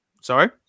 sorry